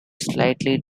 slightly